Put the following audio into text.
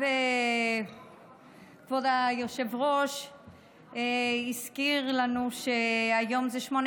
כבוד היושב-ראש הזכיר לנו שהיום זה שמונה